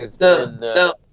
No